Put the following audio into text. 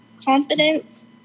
Confidence